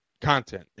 content